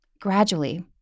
Gradually